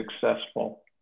successful